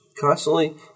Constantly